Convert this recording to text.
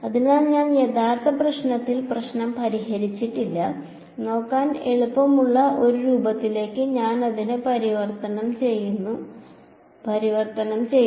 അതിനാൽ ഞാൻ യഥാർത്ഥത്തിൽ പ്രശ്നം പരിഹരിച്ചിട്ടില്ല നോക്കാൻ എളുപ്പമുള്ള ഒരു രൂപത്തിലേക്ക് ഞാൻ അതിനെ പരിവർത്തനം ചെയ്തു